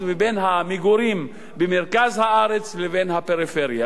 והמגורים במרכז הארץ לבין הפריפריה.